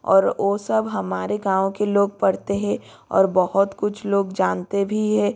और वो सब हमारे गाँव के लोग पढ़ते हैं और बहुत कुछ लोग जानते भी हैं